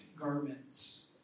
garments